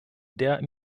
der